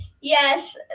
Yes